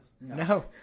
no